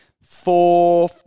four